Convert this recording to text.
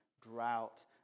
drought